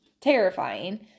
terrifying